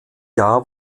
jahr